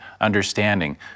understanding